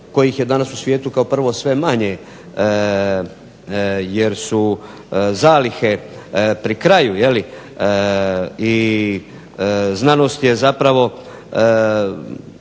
kojih je danas u svijetu kao prvo sve manje jer su zalihe pri kraju je li i znanost je zapravo